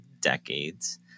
decades